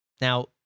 Now